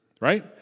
right